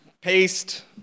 paste